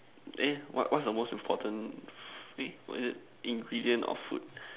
eh what what's the most important fee what is it ingredient or food